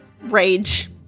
rage